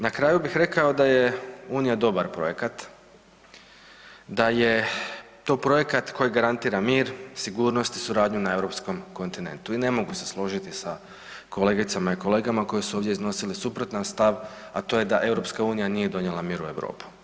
Na kraju bih rekao da je Unija dobar projekat, da je to projekat koji garantira mir, sigurnost i suradnju na Europskom kontinentu i ne mogu se složiti sa kolegicama i kolegama koje su ovdje iznosili suprotan stav, a to je da EU nije donijela mir u Europi.